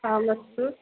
आम् अस्तु